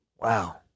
Wow